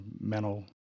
mental